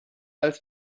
als